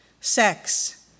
sex